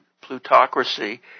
Plutocracy